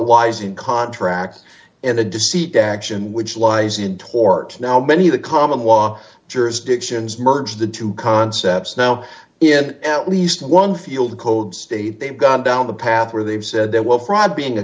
lies in contract and a deceit action which lies in tort now many of the common law jurisdictions merge the two concepts now in at least one field code state they've gone down the path where they've said they will fraud being a